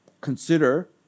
consider